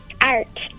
Art